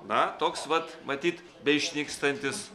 na toks vat matyt beišnykstantis